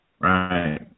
Right